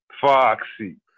Foxy